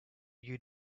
you